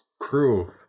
crew